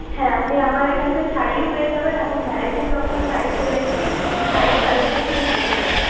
হ্যাঁ আপনি আমার কাছে শাড়িও পেয়ে যাবেন এখন ভ্যারাইটিস রকমের শাড়ি চলে এসেছে শাড়ির কালেকশনও কিন্তু দেখতে পারেন